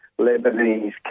Lebanese